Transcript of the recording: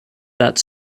that